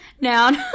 Noun